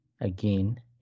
again